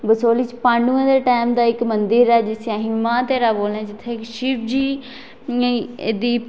बसोहली च पाड़ुएं दे टैम दा इक मंदर ऐ जिसी असी मां तेरा बोलने आं जित्थै इक शिवजी एहदी